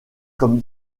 comme